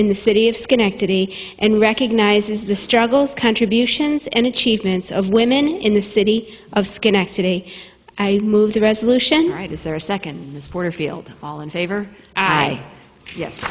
in the city of schenectady and recognizes the struggles contributions and achievements of women in the city of schenectady i moved to resolution right is there a second ms porterfield all in favor yes